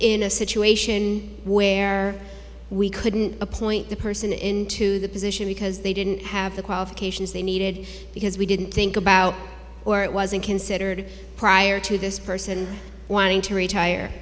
in a situation where we couldn't apply the person into the position because they didn't have the qualifications they needed because we didn't think about or it wasn't considered prior to this person wanting to retire